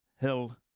Hill